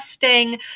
testing